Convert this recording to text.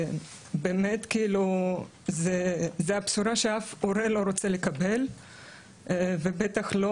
ובאמת זה הבשורה שאף הורה לא רוצה לקבל ובטח לא